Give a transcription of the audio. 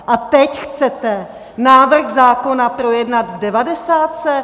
A teď chcete návrh zákona projednat v devadesátce?